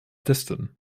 testen